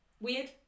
Weird